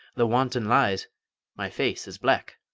the wanton lies my face is black.